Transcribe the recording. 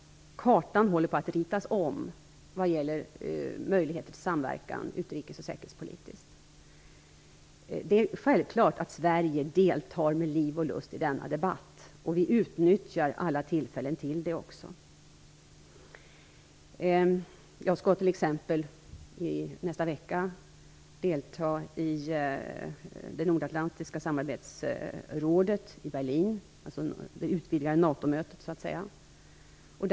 Kartan håller på att ritas om vad gäller möjlighet till samverkan, utrikes och säkerhetspolitiskt. Det är självklart att Sverige med liv och lust deltar i denna debatt. Vi utnyttjar också alla tillfällen till det. Jag skall t.ex. i nästa vecka delta i det nordatlantiska samarbetsrådet i Berlin - i, så att säga, det utvidgade NATO-mötet.